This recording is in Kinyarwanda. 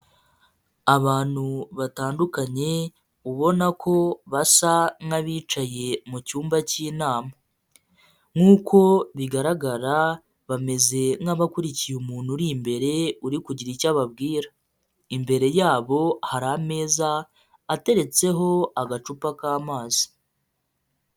Abantu batandukanye, ubona ko basa nk'abicaye mu cyumba cy'inama. Nk'uko bigaragara, bameze nk'abakurikiye umuntu uri imbere, uri kugira icyo ababwira. Imbere yabo hari ameza ateretseho agacupa k'amazi.